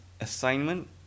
assignment